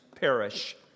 perish